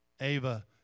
Ava